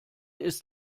ist